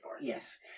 Yes